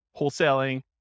wholesaling